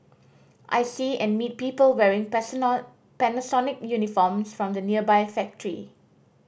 I see and meet people wearing personal Panasonic uniforms from the nearby factory